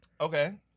Okay